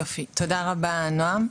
יופי, תודה רבה נועם.